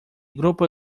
grupo